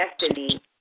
destiny